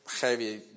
heavy